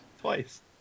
twice